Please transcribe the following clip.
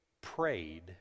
prayed